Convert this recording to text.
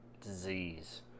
disease